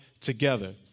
together